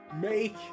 make